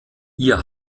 ihr